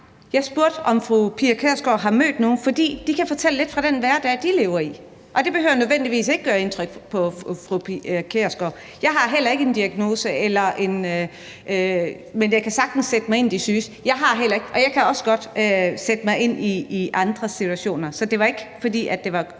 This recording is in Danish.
jeg spurgte, om fru Pia Kjærsgaard har mødt nogle af dem, fordi de kan fortælle lidt fra den hverdag, de lever i, og det behøver nødvendigvis ikke gøre indtryk på fru Pia Kjærsgaard. Jeg har heller ikke en diagnose, men jeg kan sagtens sætte mig ind i de syges situation, og jeg kan også godt sætte mig ind i andres situationer. Så det var ikke for at pege